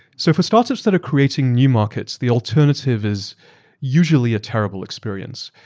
so for startups that are creating new markets, the alternative is usually a terrible experience.